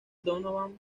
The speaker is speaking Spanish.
donovan